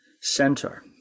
center